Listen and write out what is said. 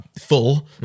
full